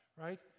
right